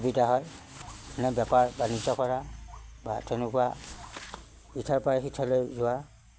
সুবিধা হয় মানে বেপাৰ বাণিজ্য কৰা বা তেনেকুৱা ইঠাইৰপৰা সিঠাইলৈ যোৱা